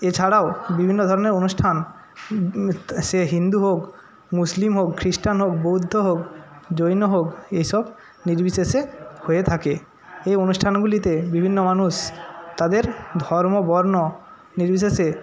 এছাড়াও বিভিন্ন ধরনের অনুষ্ঠান সে হিন্দু হোক মুসলিম হোক খ্রিস্টান হোক বৌদ্ধ হোক জৈন হোক এসব নির্বিশেষে হয়ে থাকে এই অনুষ্ঠানগুলিতে বিভিন্ন মানুষ তাদের ধর্ম বর্ণ নির্বিশেষে